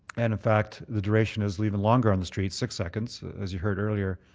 and in fact the duration is even longer on the street, six seconds as you heard earlier,